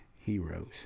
heroes